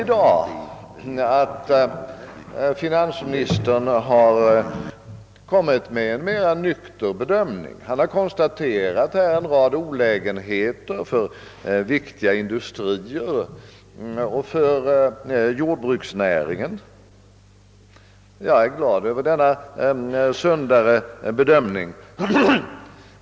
I dag har finansministern kommit med en mera nykter bedömning. Han har konstaterat en rad olägenheter för viktiga industrier och för jordbruksnäringen. Jag är glad över denna sundare bedömning.